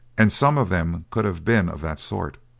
and some of them could have been of that sort,